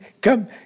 come